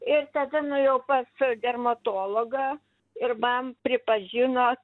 ir tada nuėjau pas dermatologą ir man pripažino